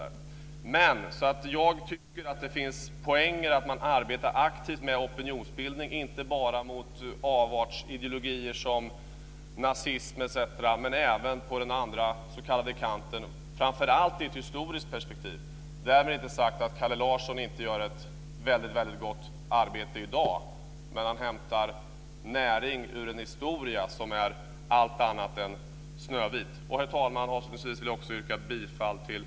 Jag tycker alltså att det finns poänger med att man arbetar aktivt med opinionsbildning inte bara mot avartsideologier som nazism etc. utan även på den andra s.k. kanten och framför allt i ett historiskt perspektiv. Därmed inte sagt att Kalle Larsson inte gör ett väldigt gott arbete i dag. Men han hämtar näring ur en historia som är allt annat än snövit. Herr talman! Avslutningsvis vill jag yrka bifall till